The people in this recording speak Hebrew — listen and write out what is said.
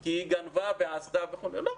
כי היא גנבה ועשתה וכו' לא.